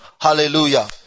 Hallelujah